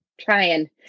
Trying